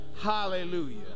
Hallelujah